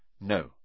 No